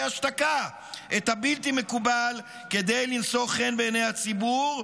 השתקה את הבלתי-מקובל כדי למצוא חן בעיני הציבור,